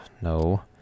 No